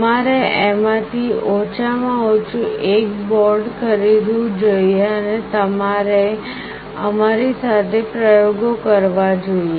તમારે એમાંથી ઓછામાં ઓછું એક બોર્ડ ખરીદવું જોઈએ અને તમારે અમારી સાથે પ્રયોગો કરવા જોઈએ